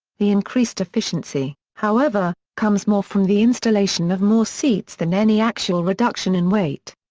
the increased efficiency, however, comes more from the installation of more seats than any actual reduction in weight.